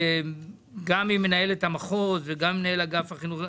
גם למנהלת המחוז וגם אגף החינוך.